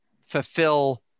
fulfill